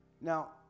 Now